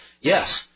Yes